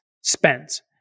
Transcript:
spends